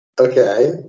Okay